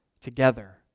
together